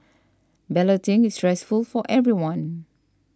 balloting is stressful for everyone